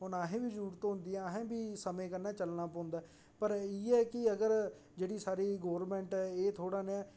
हून असें बी जरुरत पौंदी ऐ असें बी समें कन्नै चलना पौंदा ऐ पर इयै ऐ कि अगर जेह्ड़ी साढ़ी गवर्नमेंट ऐ एह् थोह्ड़ा नेहा